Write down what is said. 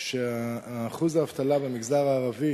שאחוז האבטלה במגזר הערבי